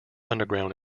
underground